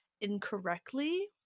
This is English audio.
incorrectly